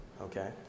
okay